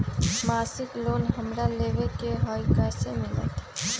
मासिक लोन हमरा लेवे के हई कैसे मिलत?